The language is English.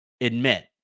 admit